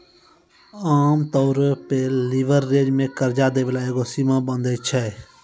आमतौरो पे लीवरेज मे कर्जा दै बाला एगो सीमा बाँधै छै